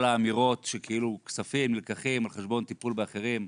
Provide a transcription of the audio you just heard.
כל האמירות שכאילו כספים נלקחים על חשבון טיפול באחרים,